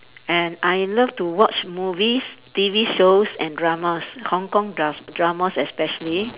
and I love to watch movies T_V shows and dramas Hong-Kong dras~ dramas especially